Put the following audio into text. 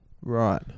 Right